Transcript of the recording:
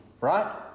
Right